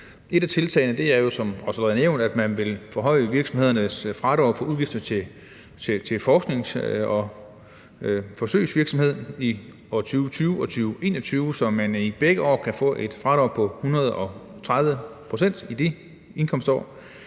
også allerede nævnt, at man vil forhøje virksomhedernes fradrag for udgifter til forsknings- og forsøgsvirksomhed i år 2020 og 2021, så man i begge år kan få et fradrag på 130 pct., altså i de indkomstår.